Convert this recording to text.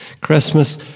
Christmas